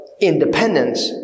independence